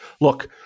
Look